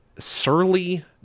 Surly